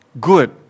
good